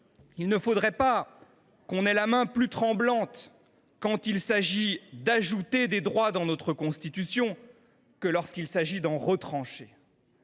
il ne faudrait pas que l’on ait la main plus tremblante quand il s’agit d’ajouter des droits dans notre Constitution que lorsqu’il s’agit d’en retrancher.